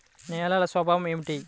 నేలల స్వభావం ఏమిటీ?